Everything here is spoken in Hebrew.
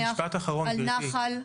על נחל.